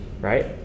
Right